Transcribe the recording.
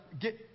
get